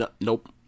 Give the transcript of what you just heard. nope